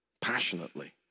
passionately